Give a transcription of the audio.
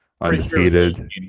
undefeated